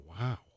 wow